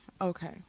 okay